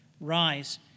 Rise